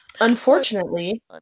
Unfortunately